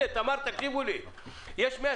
הם רוצים פשוט